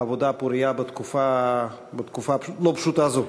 עבודה פורייה בתקופה לא פשוטה זו.